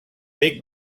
thick